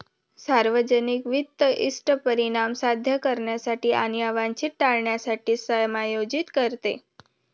सार्वजनिक वित्त इष्ट परिणाम साध्य करण्यासाठी आणि अवांछित टाळण्यासाठी समायोजित करते